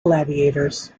gladiators